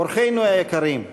אורחינו היקרים,